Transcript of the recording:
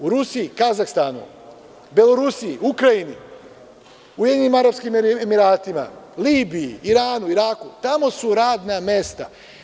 U Rusiji, Kazahstanu, Belorusiji, Ukrajini, Ujedinjenim Arapskim Emiratima, Libiji, Iranu, Iraku, tamo su radna mesta.